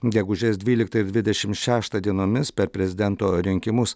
gegužės dvyliktą ir dvidešimt šeštą dienomis per prezidento rinkimus